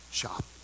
shop